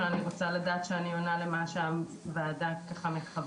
אבל אני רוצה לדעת שאני עונה למה שהוועדה מכוונת.